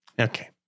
Okay